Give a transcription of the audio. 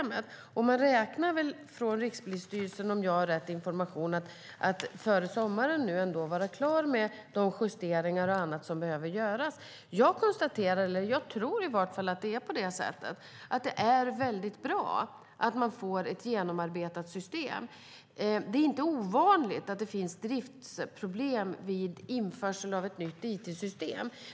Om jag har rätt information räknar Rikspolisstyrelsen med att man före sommaren ska vara klar med de justeringar och annat som behöver göras. Jag tror att det är bra att man får ett genomarbetat system. Det är inte ovanligt att det finns driftproblem vid införande av ett nytt it-system.